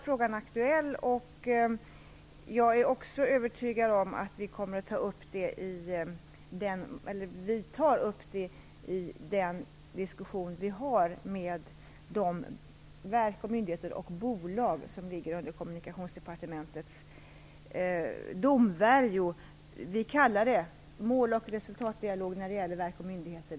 Frågan är aktuell för oss. Jag är också övertygad om att vi tar upp den i den diskussion vi har med de verk, myndigheter och bolag som ligger under Kommunikationsdepartementets domvärjo. Vi kallar det mål och resultatdialog när det gäller verk och myndigheter.